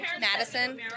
madison